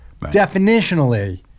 definitionally